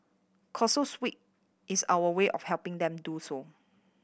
causes week is our way of helping them do so